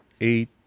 eight